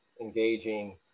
engaging